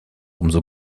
umso